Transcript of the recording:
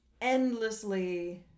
endlessly